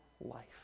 life